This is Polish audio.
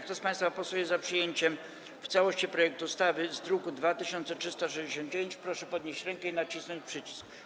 Kto z państwa posłów jest za przyjęciem w całości projektu ustawy w brzmieniu z druku nr 2369, proszę podnieść rękę i nacisnąć przycisk.